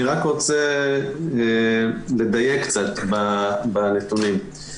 אני רק רוצה לדייק קצת בנתונים.